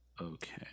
Okay